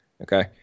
okay